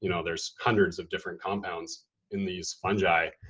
you know there's hundreds of different compounds in these fungi,